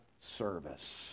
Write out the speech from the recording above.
service